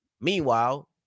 Meanwhile